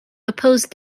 opposed